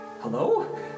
Hello